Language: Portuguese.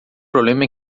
problema